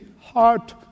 heart